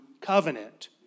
covenant